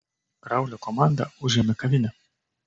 kraulio komanda užėmė kavinę